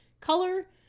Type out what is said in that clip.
color